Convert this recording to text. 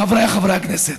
חבריי חברי הכנסת.